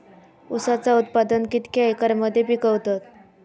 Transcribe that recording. ऊसाचा उत्पादन कितक्या एकर मध्ये पिकवतत?